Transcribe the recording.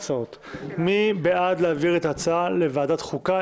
מי בעד להעביר את ההצעות לדיון בוועדת החוקה?